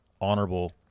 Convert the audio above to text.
honorable